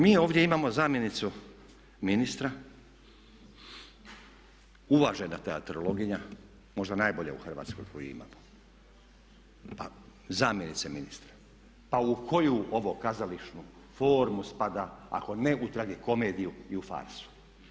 Mi ovdje imamo zamjenicu ministra, uvažena teatrologinja možda najbolja u Hrvatskoj koju imamo, pa zamjenice ministra pa u koju ovu kazališnu formu spada ako ne u tragikomediju i u farsu?